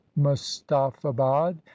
Mustafabad